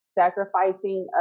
sacrificing